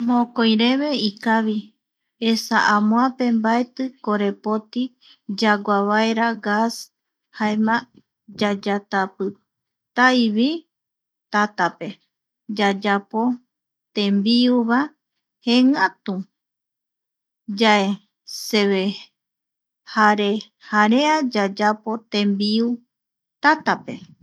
Mokoireve ikavi, esa amoape mbaeti korepoti yagua vaera gas, jaema yayatapi, tavi tatape, yayapo tembiu va jeengatu.. Yae, seve jare jarea yayapo tembiu Tatape